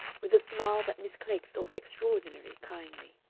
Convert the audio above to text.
with a smile that miss klegg thought extraordinarily kindly.